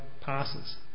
passes